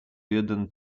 jeden